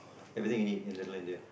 everything you need in Little-India